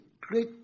great